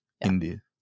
Indeed